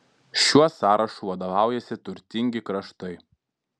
šiuo sąrašu vadovaujasi turtingi kraštai